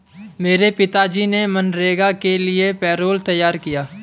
मेरे पिताजी ने मनरेगा के लिए पैरोल तैयार किया